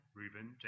Reuben